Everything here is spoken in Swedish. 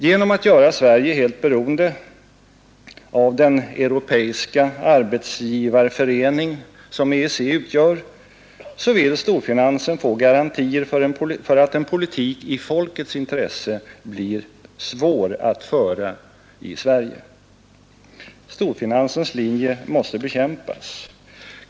Genom att göra Sverige helt beroende av den europeiska arbetsgivarförening som EEC utgör vill storfinansen få garantier för att en politik i folkets intresse blir svår att föra i Sverige. Storfinansens linje måste bekämpas.